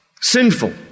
sinful